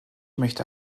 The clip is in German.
möchte